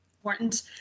important